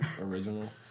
original